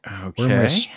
okay